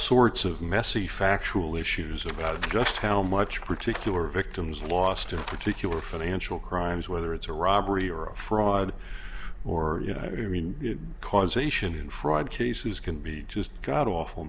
sorts of messy factual issues about just how much particular victims lost in particular financial crimes whether it's a robbery or a fraud or you know i mean causation and fraud cases can be just god awful